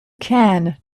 can